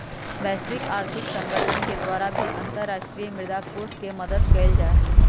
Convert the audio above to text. वैश्विक आर्थिक संगठन के द्वारा भी अन्तर्राष्ट्रीय मुद्रा कोष के मदद कइल जाहई